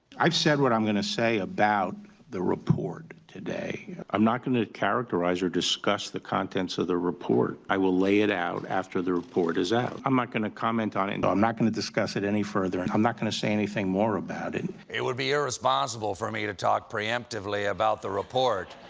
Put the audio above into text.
i've said what i'm going to say about the report today. i'm not going to characterize or discuss the contents of report. i will lay it out after the report is out. i'm not going to comment on it. and i'm not going to discuss it any further. and i'm not going to say anything more about it. stephen it would be irresponsible for me to talk preemptively about the report.